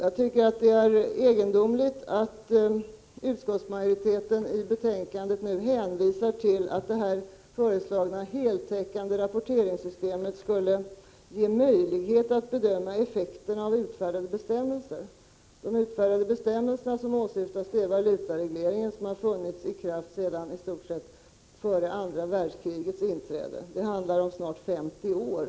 Jag tycker att det är egendomligt att utskottsmajoriteten i betänkandet hänvisar till att det nu föreslagna, ”heltäckande” rapporteringssystemet skulle ge möjlighet att bedöma effekterna av utfärdade bestämmelser. De bestämmelser som åsyftas är valutaregleringen, som har varit i kraft sedan i stort sett före andra världskrigets inträde. Det rör sig om snart 50 år.